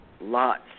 Lots